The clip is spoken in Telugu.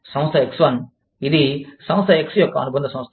సంస్థ X1 ఇది సంస్థ X యొక్క అనుబంధ సంస్థ